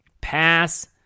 pass